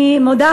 אני מודה,